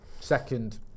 second